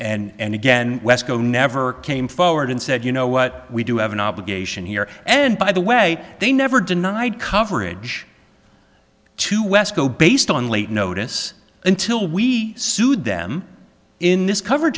and again wesco never came forward and said you know what we do have an obligation here and by the way they never denied coverage to wesco based on late notice until we sued them in this coverage